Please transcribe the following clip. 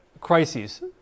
crises